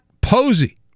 Posey